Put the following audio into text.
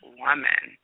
woman